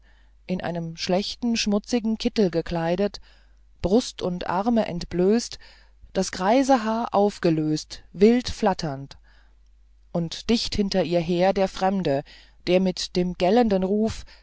in einen schlechten schmutzigen kittel gekleidet brust und ärme entblößt das greise haar aufgelöst wild flatternd und dicht hinter ihr her der fremde der mit dem gellenden ruf